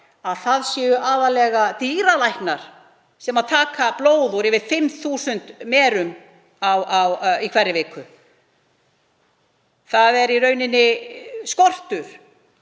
að það séu aðallega dýralæknar sem taka blóð úr yfir 5.000 merum í hverri viku. Það er skortur